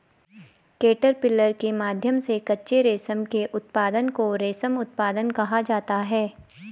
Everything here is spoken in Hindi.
कैटरपिलर के माध्यम से कच्चे रेशम के उत्पादन को रेशम उत्पादन कहा जाता है